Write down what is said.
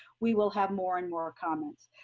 we will have more and more comments.